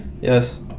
Yes